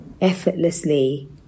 effortlessly